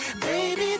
Baby